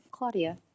Claudia